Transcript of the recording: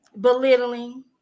belittling